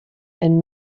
and